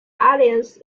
aliens